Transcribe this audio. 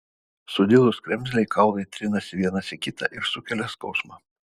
sudilus kremzlei kaulai trinasi vienas į kitą ir sukelia skausmą